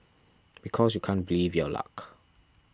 because you can't believe your luck